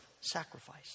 sacrifice